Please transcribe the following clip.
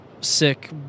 sick